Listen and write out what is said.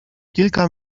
kilka